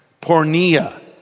Pornia